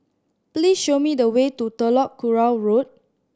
please show me the way to Telok Kurau Road